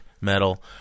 metal